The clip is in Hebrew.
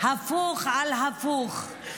הפוך על הפוך.